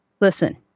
Listen